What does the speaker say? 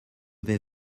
vais